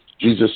Jesus